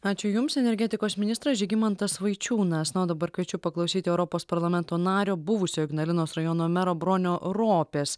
ačiū jums energetikos ministras žygimantas vaičiūnas na o dabar kviečiu paklausyti europos parlamento nario buvusio ignalinos rajono mero bronio ropės